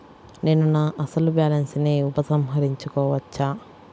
నేను నా అసలు బాలన్స్ ని ఉపసంహరించుకోవచ్చా?